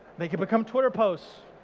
they can become twitter posts.